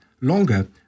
longer